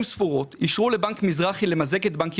אנשים נוטים להידבק למקום שבו הם מנהלים את החשבון שלהם במשך הרבה שנים.